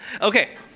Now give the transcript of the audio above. Okay